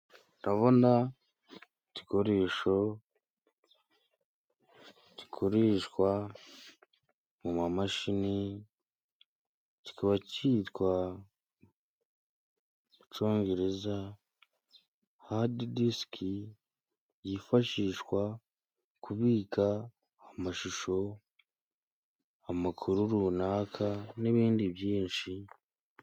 Ndabona igikoresho gikoreshwa mu mamashini. Kiba kitwa mucongereza hadidisiki, yifashishwa kubika amashusho, amakuru runaka n'ibindi byinshi.